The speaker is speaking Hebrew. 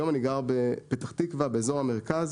היום אני גר בפתח תקווה, באזור המרכז.